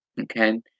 Okay